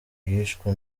yishwe